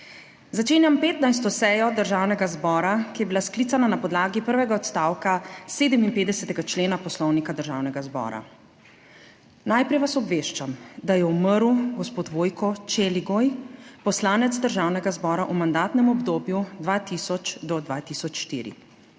Začenjam 15. sejo Državnega zbora, ki je bila sklicana na podlagi prvega odstavka 57. člena Poslovnika Državnega zbora. Najprej vas obveščam, da je umrl gospod Vojko Čeligoj, poslanec Državnega zbora v mandatnem obdobju od 2000 do 2004.